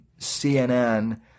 CNN